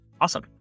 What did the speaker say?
awesome